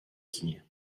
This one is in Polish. kinie